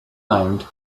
named